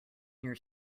near